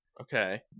Okay